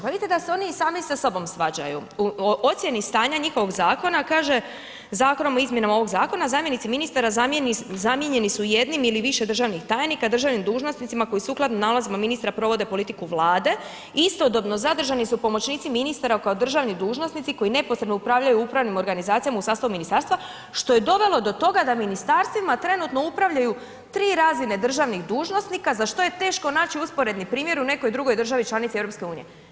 Pa vidite da se oni i sami sa sobom svađaju, u ocjeni stanja njihovog zakona kaže, zakonom o izmjenama ovog zakona zamjenici ministara zamijenjeni su jednim ili više državnih tajnika državnim dužnosnicima koji sukladno nalazima ministra provode politiku vlade, istodobno zadržani su pomoćni ministara kao državni dužnosnici koji neposredno upravljaju upravnim organizacijama u sastavu ministarstva, što je dovelo do toga da ministarstvima trenutno upravljaju tri razine državnih dužnosnika za što je teško naći usporedni primjer u nekoj drugoj državi članici EU.